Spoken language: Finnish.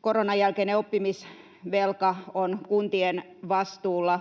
Koronan jälkeinen oppimisvelka on kuntien vastuulla,